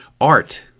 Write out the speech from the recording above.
art